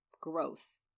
gross